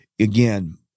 Again